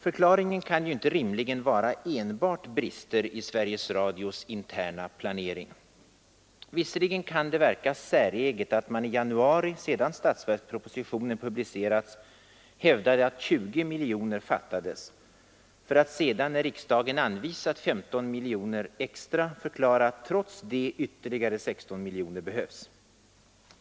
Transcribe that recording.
Förklaringen kan ju inte rimligen vara enbart brister i Sveriges Radios interna planering. Visserligen kan det verka säreget att man i januari, sedan statsverkspropositionen publicerats, hävdade att 20 miljoner kronor fattades för att sedan — när riksdagen anvisat 15 miljoner kronor extra — förklara att trots detta ytterligare 16 miljoner behövs.